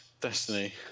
Destiny